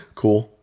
cool